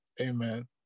Amen